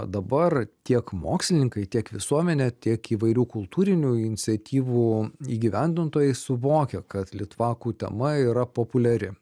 dabar tiek mokslininkai tiek visuomenė tiek įvairių kultūrinių iniciatyvų įgyvendintojai suvokia kad litvakų tema yra populiari